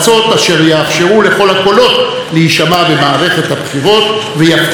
הבחירות ויבטיחו כי לא תתאפשר הטעיה של הציבור.